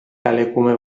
kalekume